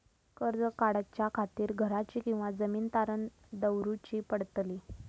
कर्ज काढच्या खातीर घराची किंवा जमीन तारण दवरूची पडतली?